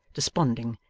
desponding,